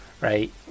right